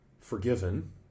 forgiven